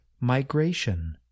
migration